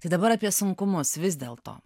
tai dabar apie sunkumus vis dėl to